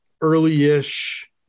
early-ish